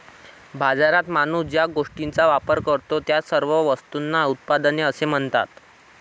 बाजारात माणूस ज्या गोष्टींचा वापर करतो, त्या सर्व वस्तूंना उत्पादने असे म्हणतात